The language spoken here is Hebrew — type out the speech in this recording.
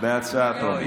בהצעת החוק.